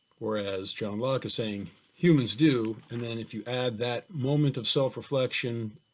whereas john locke is saying humans do and then if you add that moment of self-reflection,